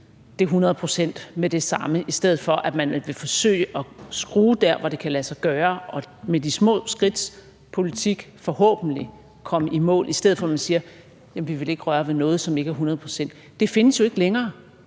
det hundrede procent med det samme, i stedet for at man vil forsøge at skrue der, hvor det kan lade sig gøre, og med de små skridts politik forhåbentlig komme i mål, i stedet for at man siger: Jamen vi vil ikke røre ved noget, som ikke er hundrede procent. Det findes jo ikke længere